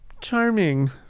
Charming